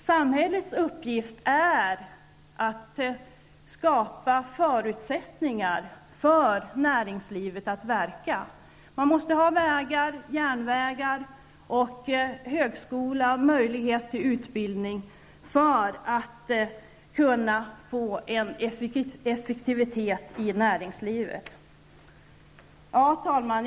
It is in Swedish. Samhällets uppgift är att skapa förutsättningar för näringslivet att verka. Man måste ha vägar, järnvägar, högskolor och andra möjligheter till utbildning för att kunna få en effektivitet i näringslivet. Herr talman!